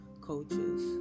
coaches